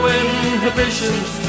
inhibitions